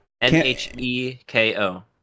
N-H-E-K-O